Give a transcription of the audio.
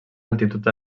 altitud